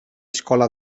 escola